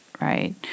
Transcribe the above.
right